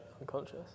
unconscious